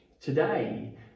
today